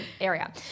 area